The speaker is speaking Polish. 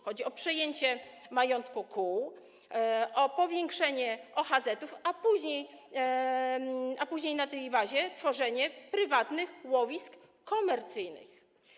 Chodzi o przejęcie majątku kół, o powiększenie OHZ-ów, a później na tej bazie tworzenie prywatnych łowisk komercyjnych.